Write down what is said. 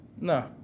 No